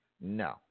No